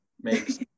makes